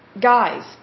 guys